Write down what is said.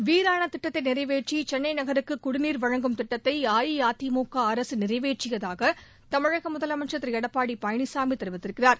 வீராணத் திட்டத்தை நிறைவேற்றி சென்னை நகருக்கு குடிநீர் வழங்கும் திட்டத்தை அஇஅதிமுக அரசு நிறைவேற்றியதாக தமிழக முதலமைச்சர் திரு எடப்பாடி பழனிசாமி கூறியிருக்கிறார்